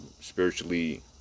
spiritually